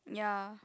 ya